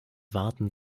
waten